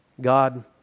God